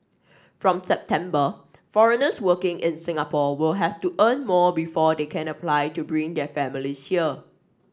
from September foreigners working in Singapore will have to earn more before they can apply to bring their families here